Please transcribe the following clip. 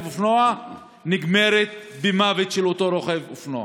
אופנוע נגמרת במוות של אותו רוכב אופנוע.